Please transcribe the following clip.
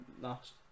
last